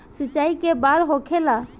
सिंचाई के बार होखेला?